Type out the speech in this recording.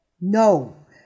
No